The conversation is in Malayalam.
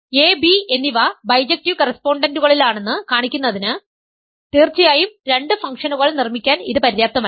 A B എന്നിവ ബൈജക്ടീവ് കറസ്പോണ്ടന്റുകളിലാണെന്ന് കാണിക്കുന്നതിന് തീർച്ചയായും രണ്ട് ഫംഗ്ഷനുകൾ നിർമ്മിക്കാൻ ഇത് പര്യാപ്തമല്ല